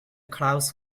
clouds